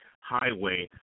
highway